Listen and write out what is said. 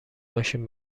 ماشین